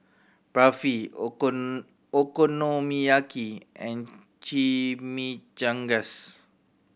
Barfi Okonomiyaki and Chimichangas